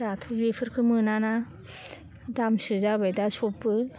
दाथ' बेफोरखो मोनाना दामसो जाबाय दा सबबो